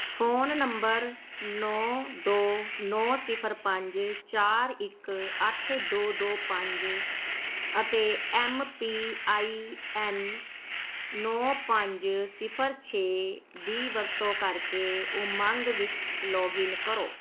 phone number ਨੌਂ ਦੋ ਨੌਂ ਸਿਫਰ ਪੰਜ ਚਾਰ ਇੱਕ ਅੱਠ ਦੋ ਦੋ ਪੰਜ ਅਤੇ ਐਮ ਪੀ ਆਈ ਐਨ ਨੌਂ ਪੰਜ ਸਿਫਰ ਛੇ ਦੀ ਵਰਤੋਂ ਕਰਕੇ ਉਮੰਗ ਵਿੱਚ ਲੌਗਇਨ ਕਰੋ